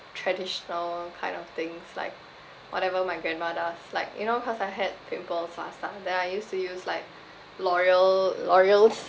traditional kind of things like whatever my grandma does like you know cause I had pimples last time then I used to use like l'oreal l'oreal's